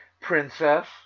princess